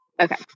Okay